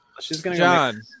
John